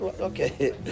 Okay